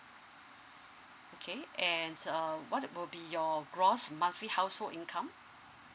okay and uh what will be your gross monthly household income